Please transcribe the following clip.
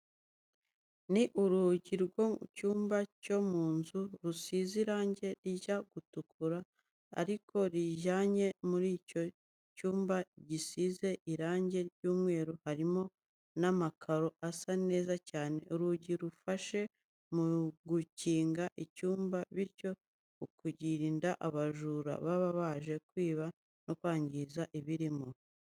Ni urugi rwo mu cyumba cyo mu nzu rusize irange rijya gutukura ariko ryijimye, muri icyo cyumba gisize irange ry'umweru harimo n'amakaro asa neza cyane, urugi rufasha mu gukinga icyumba bityo ukirinda abajura baba baje kwiba no kwangiza ibirimo.